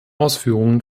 ausführungen